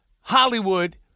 Hollywood